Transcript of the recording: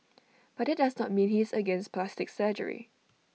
but that does not mean he is against plastic surgery